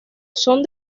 son